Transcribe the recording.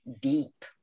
deep